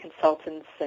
consultants